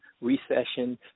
recession